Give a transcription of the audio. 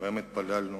התפללנו